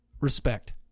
Respect